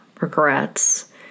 regrets